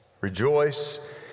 Rejoice